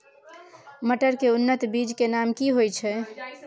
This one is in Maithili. मटर के उन्नत बीज के नाम की होयत ऐछ?